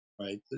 right